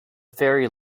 ferry